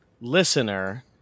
listener